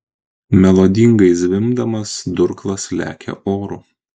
melodingai zvimbdamas durklas lekia oru